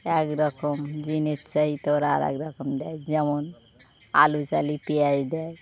এক রকম জিনিস চাই তো ওরা আর এক রকম দেয় যেমন আলু চাইলে পেঁয়াজ দেয়